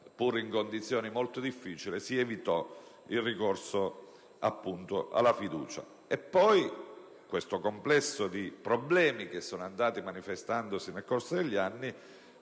pure in condizioni molto difficili, si evitò il ricorso alla fiducia. Inoltre, il complesso di problemi che è andato manifestandosi nel corso degli anni